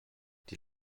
die